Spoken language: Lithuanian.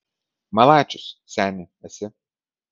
malačius seni esi